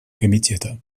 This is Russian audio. комитета